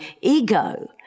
ego